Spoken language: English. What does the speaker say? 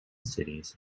cities